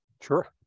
Sure